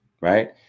right